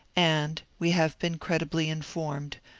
and, we have been credibly informed,